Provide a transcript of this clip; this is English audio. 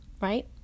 right